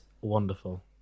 wonderful